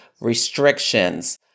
restrictions